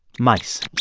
mice